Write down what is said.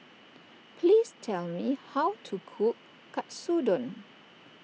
please tell me how to cook Katsudon